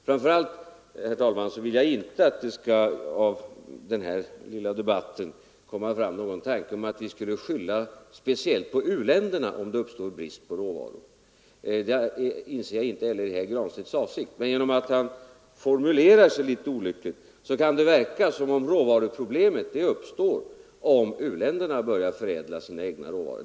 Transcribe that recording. Framför allt, herr talman, vill jag inte att det ur den här lilla debatten skall komma fram någon tanke på att vi skulle skylla speciellt på u-länderna om det uppstår brist på råvaror. Jag inser att det inte heller är herr Granstedts avsikt, men genom att han formulerar sig litet olyckligt kan det verka som om råvaruproblemet uppstår om u-länderna börjar förädla sina egna råvaror.